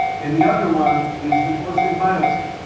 and the other one is the prostate biopsy.